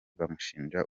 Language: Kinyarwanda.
bamushinja